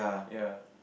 ya